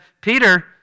Peter